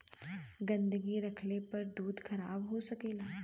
गन्दगी रहले पर दूध खराब हो सकेला